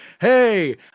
Hey